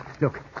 Look